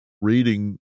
reading